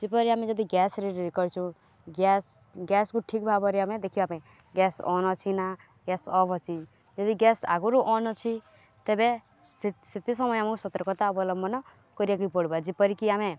ଯେପରି ଆମେ ଯଦି ଗ୍ୟାସ୍ କରିଛୁ ଗ୍ୟାସ୍ ଗ୍ୟାସ୍କୁ ଠିକ୍ ଭାବରେ ଆମେ ଦେଖିବା ପାଇଁ ଗ୍ୟାସ୍ ଅନ୍ ଅଛି ନା ଗ୍ୟାସ୍ ଅଫ୍ ଅଛି ଯଦି ଗ୍ୟାସ୍ ଆଗରୁ ଅନ୍ ଅଛି ତେବେ ସେତେ ସମୟ ଆମକୁ ସତର୍କତା ଅବଲମ୍ବନ କରିବାକୁ ପଡ଼୍ବା ଯେପରିକି ଆମେ